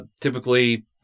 typically